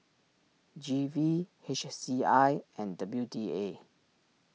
G V H C I and W D A